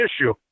issue